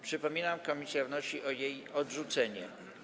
Przypominam, że komisja wnosi o jej odrzucenie.